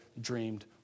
dreamed